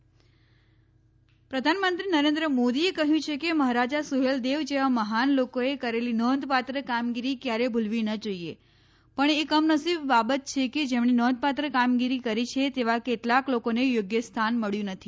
પ્રધાનમંત્રી સુહેલદેવ પ્રધાનમંત્રી નરેન્દ્ર મોદીએ કહ્યું છે કે મહારાજા સુહેલદેવ જેવા મહાન લોકોએ કરેલી નોંધપાત્ર કામગીરી ક્યારે ભૂલવી ન જોઈએ પણ એ કમનસીબ બાબત છે કે જેમણે નોંધપાત્ર કામગીરી કરી છે તેવા કેટલાક લોકોને યોગ્ય સ્થાન મબ્યું નથી